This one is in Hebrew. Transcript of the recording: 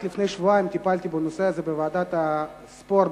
רק לפני שבועיים טיפלתי בנושא הזה בוועדת הספורט,